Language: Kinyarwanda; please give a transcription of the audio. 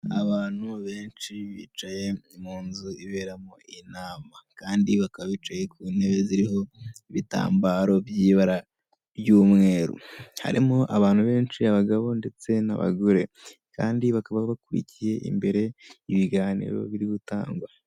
Abantu benshi bicaye mu nzu iberamo inama, kandi bakaba bicaye ku ntebe ziriho ibitambaro by'ibara ry'umweru. Harimo abantu benshi, abagabo ndetse n'abagore, kandi bakaba bakurikiye imbere ibiganiro biri gutangwa.